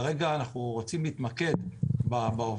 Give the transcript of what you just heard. כרגע אנחנו רוצים להתמקד בעובדים.